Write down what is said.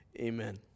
Amen